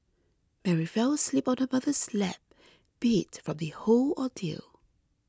Mary fell asleep on her mother's lap beat from the whole ordeal